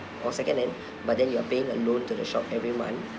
or secondhand but then you are paying a loan to the shop every month